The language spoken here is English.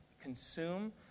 consume